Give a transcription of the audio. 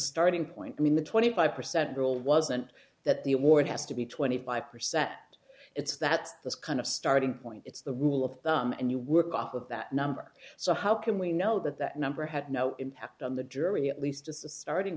starting point i mean the twenty five percent rule wasn't that the award has to be twenty five percent it's that's that's kind of starting point it's the rule of thumb and you work off of that number so how can we know that that number had no impact on the jury at least as a starting